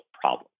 problem